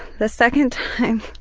the second time